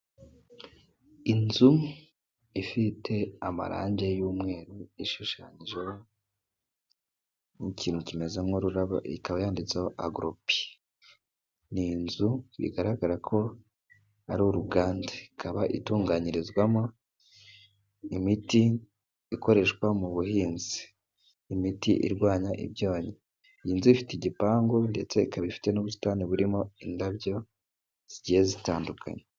Inzu ifite amarange y'umweru, ishushanyijeho nk'ikintu kimeze nk'ururabo ikaba yanditseho, agoropi ni inzu bigaragara ko ari uruganda, ikaba itunganyirizwamo imiti ikoreshwa mu buhinzi, imiti irwanya ibyonnyi ,iyi nzu ifite igipangu ndetse ikaba ifite n'ubusitani burimo indabyo zigiye zitandukanye.